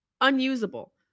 unusable